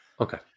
okay